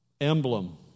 emblem